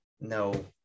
no